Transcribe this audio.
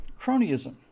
cronyism